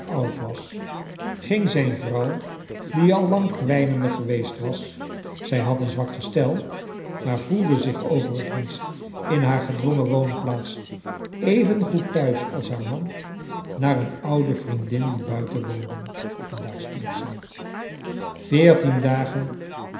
oud was ging zijn vrouw die al lang kwijnende geweest was zij had een zwak gestel maar voelde zich overigens in haar godwongen woonplaats even goed thuis als haar man naar een oude vricndin die buiten woonde en daar stierf zij veertien dagen